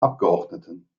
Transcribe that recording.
abgeordneten